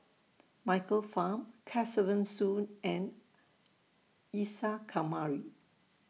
Michael Fam Kesavan Soon and Isa Kamari